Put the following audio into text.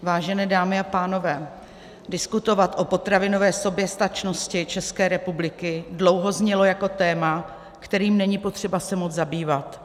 Vážené dámy a pánové, diskutovat o potravinové soběstačnosti České republiky dlouho znělo jako téma, kterým není potřeba se moc zabývat.